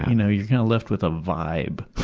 you know you're kind of left with a vibe,